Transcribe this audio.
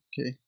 Okay